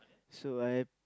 so I